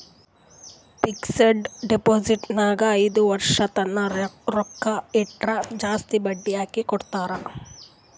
fixed deposit ನಾಗ್ ಐಯ್ದ ವರ್ಷ ತನ್ನ ರೊಕ್ಕಾ ಇಟ್ಟುರ್ ಜಾಸ್ತಿ ಬಡ್ಡಿ ಹಾಕಿ ಕೊಡ್ತಾರ್